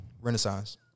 Renaissance